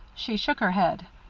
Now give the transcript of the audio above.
she shook her head.